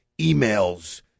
emails